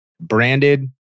branded